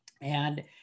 And-